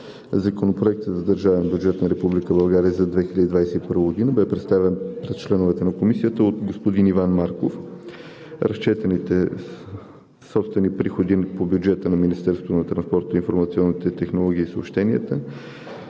Законопроектът за държавния бюджет на Република България за 2021 г. бе представен пред членовете на комисията от господин Иван Марков. Разчетените собствени приходи по бюджета на